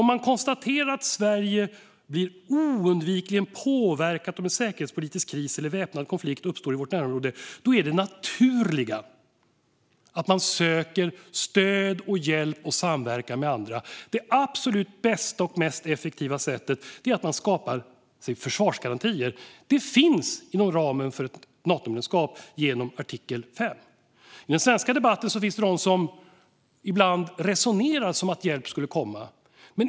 Om man konstaterar att Sverige oundvikligen blir påverkat om en säkerhetspolitisk kris eller väpnad konflikt uppstår i vårt närområde är det naturliga att man söker stöd, hjälp och samverkan med andra. Det absolut bästa och mest effektiva sättet är att skapa sig försvarsgarantier. Detta finns inom ramen för ett Natomedlemskap, genom artikel 5. I den svenska debatten finns det de som ibland resonerar som om hjälp skulle komma.